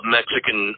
Mexican